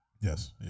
Yes